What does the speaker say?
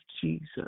Jesus